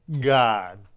god